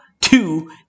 Two